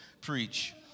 preach